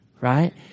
Right